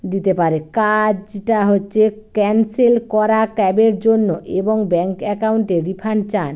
দিতে পারে কাজটা হচ্ছে ক্যানসেল করা ক্যাবের জন্য এবং ব্যাঙ্ক অ্যাকাউন্টে রিফান্ড চান